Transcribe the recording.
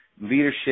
leadership